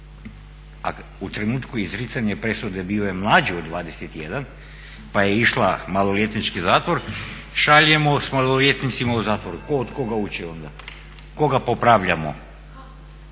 a u trenutku izricanja presude bio je mlađi od 21 pa je išla u maloljetnički zatvor, šaljemo s maloljetnicima u zatvor, tko od koga uči onda, tko ga popravljamo?